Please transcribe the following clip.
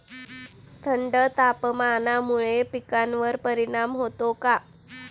थंड तापमानामुळे पिकांवर परिणाम होतो का?